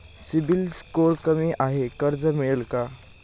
CIBIL score कमी आहे कर्ज मिळेल का?